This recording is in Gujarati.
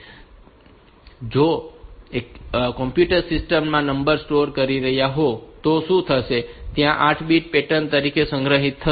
તો જો તમે કોમ્પ્યુટર સિસ્ટમ માં નંબર સ્ટોર કરી રહ્યા હોવ તો શું થશે કે ત્યાં આ 8 બીટ પેટર્ન તરીકે સંગ્રહિત થશે